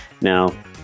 Now